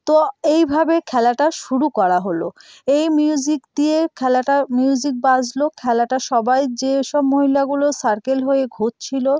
তো এইভাবে খেলাটা শুরু করা হল এই মিউজিক দিয়েই খেলাটা মিউজিক বাজল খেলাটা সবাই যেসব মহিলাগুলো সার্কেল হয়ে ঘুরছিল